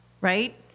right